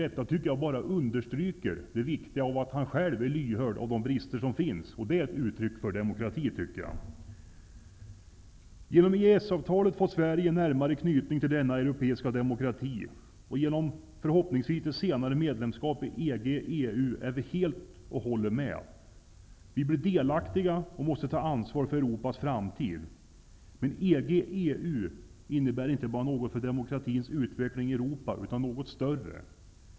Detta understryker att han är lyhörd för bristerna. Det är ett uttryck för demokratin. Genom EES-avtalet får Sverige en närmare knytning till denna europeiska demokrati, och genom förhoppningsvis senare medlemskap i EG EU innebär inte bara något för demokratins utveckling i Europa utan något större.